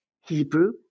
Hebrew